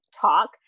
talk